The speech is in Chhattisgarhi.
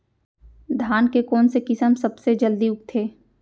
धान के कोन से किसम सबसे जलदी उगथे?